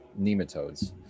nematodes